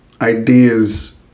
ideas